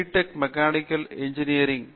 tech mechanical engineering B